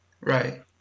Right